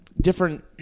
different